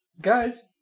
guys